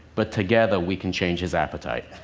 but together we can change his appetite.